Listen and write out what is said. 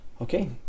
Okay